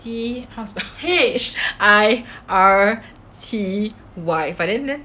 T how to spell T_H_I_R_T_Y but then then